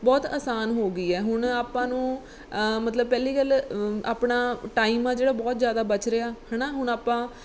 ਬਹੁਤ ਆਸਾਨ ਹੋ ਗਈ ਹੈ ਹੁਣ ਆਪਾਂ ਨੂੰ ਮਤਲਬ ਪਹਿਲੀ ਗੱਲ ਆਪਣਾ ਟਾਈਮ ਆ ਜਿਹੜਾ ਬਹੁਤ ਜ਼ਿਆਦਾ ਬਚ ਰਿਹਾ ਹੈ ਨਾ ਹੁਣ ਆਪਾਂ